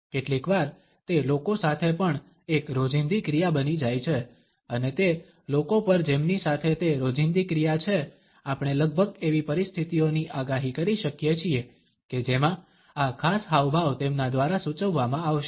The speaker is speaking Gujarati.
કેટલીકવાર તે લોકો સાથે પણ એક રોજીંદી ક્રિયા બની જાય છે અને તે લોકો પર જેમની સાથે તે રોજીંદી ક્રિયા છે આપણે લગભગ એવી પરિસ્થિતિઓની આગાહી કરી શકીએ છીએ કે જેમાં આ ખાસ હાવભાવ તેમના દ્વારા સૂચવવામાં આવશે